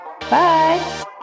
Bye